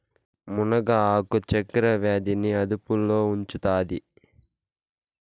మునగ ఆకు చక్కర వ్యాధి ని అదుపులో ఉంచుతాది